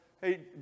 hey